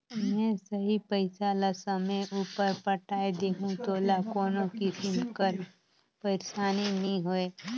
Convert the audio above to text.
में सही पइसा ल समे उपर पटाए देहूं तोला कोनो किसिम कर पइरसानी नी होए